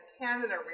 Canada